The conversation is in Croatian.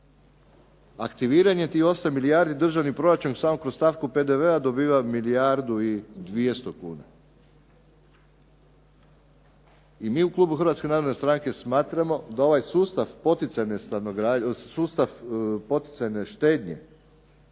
Aktiviranje tih 8 milijardi državni proračun samo kroz stavku PDV-a dobiva milijardu 200 kuna. I mi u klubu Hrvatske narodne stranke smatramo da ovaj sustav poticajne štednje,